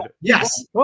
Yes